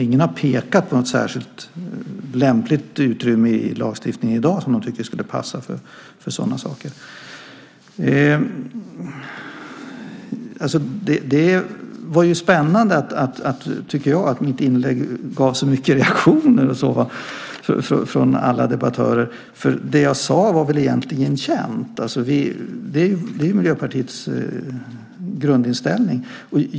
Ingen har pekat på något särskilt lämpligt utrymme i lagstiftningen som skulle kunna passa för sådant. Jag tycker att det är spännande att mitt inlägg gav så många reaktioner. Det jag sade var väl egentligen känt. Det är ju Miljöpartiets grundinställning.